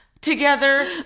together